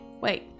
wait